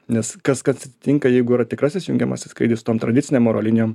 nes kas kas atsitinka jeigu yra tikrasis jungiamasis skrydis su tom tradicinėm oro linijom